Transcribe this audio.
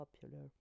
popular